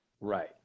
Right